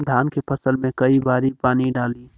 धान के फसल मे कई बारी पानी डाली?